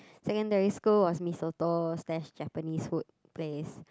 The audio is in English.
secondary school was mee soto slash Japanese food place